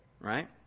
right